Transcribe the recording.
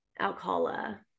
Alcala